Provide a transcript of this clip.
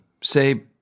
say